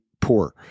poor